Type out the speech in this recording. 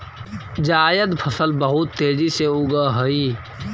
जायद फसल बहुत तेजी से उगअ हई